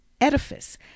edifice